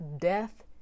death